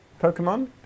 Pokemon